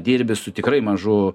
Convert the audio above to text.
dirbi su tikrai mažu